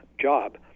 job